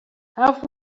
have